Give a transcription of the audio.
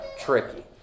tricky